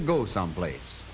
to go someplace